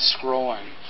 scrolling